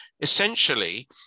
Essentially